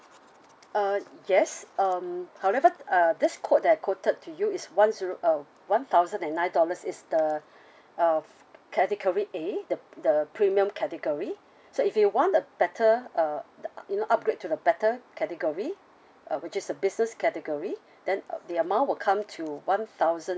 uh yes um however uh this quote that I quoted to you is one zero uh one thousand and nine dollars is the uh category A the the premium category so if you want a better uh you know upgrade to the better category uh which is a business category then the amount will come to one thousand